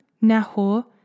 Nahor